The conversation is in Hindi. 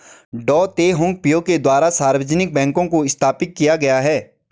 डॉ तेह होंग पिओ के द्वारा सार्वजनिक बैंक को स्थापित किया गया है